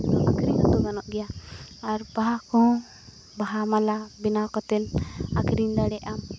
ᱟᱹᱠᱷᱨᱤᱧ ᱦᱚᱸᱛᱚ ᱜᱟᱱᱚᱜ ᱜᱮᱭᱟ ᱟᱨ ᱵᱟᱦᱟ ᱠᱚᱦᱚᱸ ᱵᱟᱦᱟ ᱢᱟᱞᱟ ᱵᱮᱱᱟᱣ ᱠᱟᱛᱮ ᱟᱹᱠᱷᱨᱤᱧ ᱫᱟᱲᱮᱭᱟᱜᱼᱟᱢ